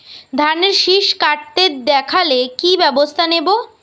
ধানের শিষ কাটতে দেখালে কি ব্যবস্থা নেব?